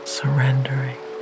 surrendering